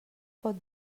pot